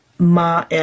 Ma